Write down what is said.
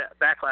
backlash